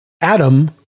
Adam